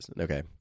Okay